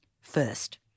First